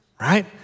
right